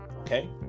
Okay